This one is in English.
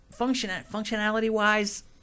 functionality-wise